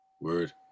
word